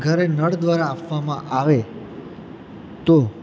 ઘરે નળ દ્વારા આપવામાં આવે તો